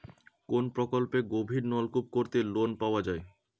কোন প্রকল্পে গভির নলকুপ করতে লোন পাওয়া য়ায়?